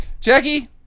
Jackie